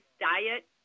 diet